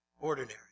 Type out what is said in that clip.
ordinary